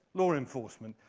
law enforcement.